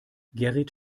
gerrit